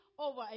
over